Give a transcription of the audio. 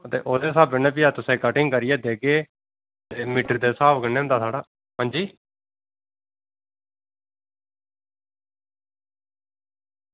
ओह्दे स्हाबै कन्नै भी अस तुसेंगी कटिंग करियै देगे तरीके तरीके स्हाब कन्नै होंदा साढ़ा